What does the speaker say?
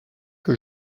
que